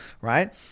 right